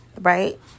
right